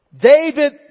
David